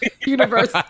universe